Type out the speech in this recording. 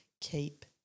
keep